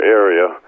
area